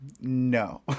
no